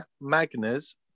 Magnus